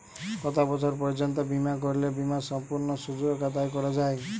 কত বছর পর্যন্ত বিমা করলে বিমার সম্পূর্ণ সুযোগ আদায় করা য়ায়?